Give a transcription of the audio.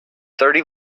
thirty